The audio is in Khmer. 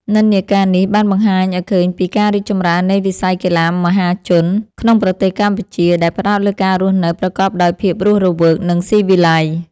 និន្នាការនេះបានបង្ហាញឱ្យឃើញពីការរីកចម្រើននៃវិស័យកីឡាមហាជនក្នុងប្រទេសកម្ពុជា ដែលផ្តោតលើការរស់នៅប្រកបដោយភាពរស់រវើក និងស៊ីវិល័យ។